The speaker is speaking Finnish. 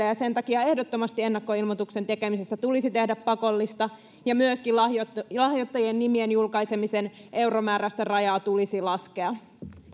ja sen takia ennakkoilmoituksen tekemisestä tulisi ehdottomasti tehdä pakollista ja myöskin lahjoittajien nimien julkaisemisen euromääräistä rajaa tulisi laskea